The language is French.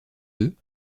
eux